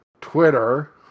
Twitter